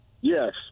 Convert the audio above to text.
Yes